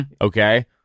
Okay